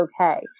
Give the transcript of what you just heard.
okay